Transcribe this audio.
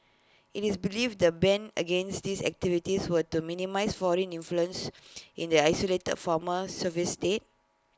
IT is believed the ban against these activities were to minimise foreign influence in the isolated former Soviet state